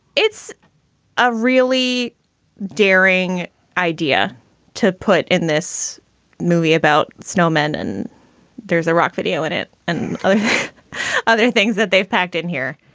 it's a really daring idea to put in this movie about snowmen and there's a rock video in it and other other things that they've packed in here.